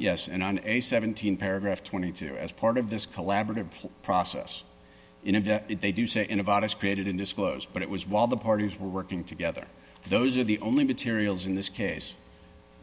yes and on a seventeen paragraph twenty two as part of this collaborative process they do say in about is created in this close but it was while the parties were working together those are the only materials in this case